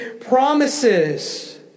promises